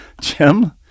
Jim